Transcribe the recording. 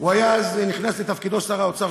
הוא נכנס לתפקידו כשר האוצר.